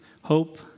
hope